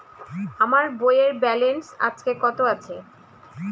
আমার বইয়ের ব্যালেন্স আজকে কত আছে?